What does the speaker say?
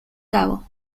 cabo